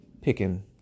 picking